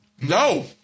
No